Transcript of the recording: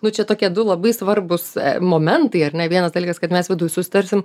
nu čia tokie du labai svarbūs momentai ar ne vienas dalykas kad mes viduj susitarsim